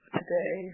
today